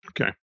okay